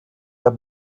der